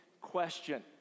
question